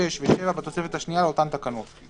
6 ו-7 בתוספת השנייה לאותן תקנות,